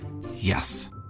Yes